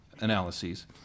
analyses